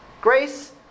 Grace